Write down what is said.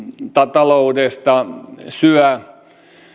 taloudesta